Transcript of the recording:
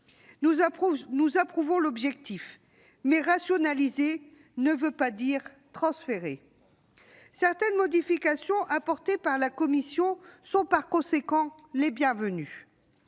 Nous approuvons l'objectif, mais rationaliser ne veut pas dire transférer. Certaines modifications apportées par la commission sont, par conséquent, bienvenues.